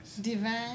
Divine